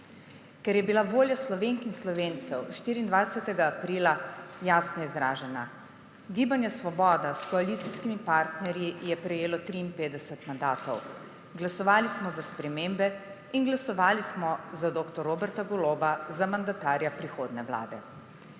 ker je bila volja Slovenk in Slovencev 24. aprila jasno izražena. Gibanje Svoboda s koalicijskimi partnerji je prejelo 53 mandatov. Glasovali smo za spremembe in glasovali smo za dr. Roberta Goloba za mandatarja prihodnje vlade.